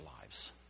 lives